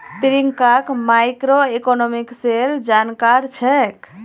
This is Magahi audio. प्रियंका मैक्रोइकॉनॉमिक्सेर जानकार छेक्